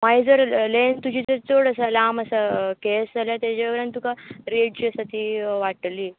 मागीर जर लँत तुजी चड आसा लांब आसा केस जाल्यार तेजे वयल्यार तुका रेट तशी वाडटली